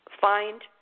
find